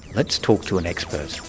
let's talk to an expert.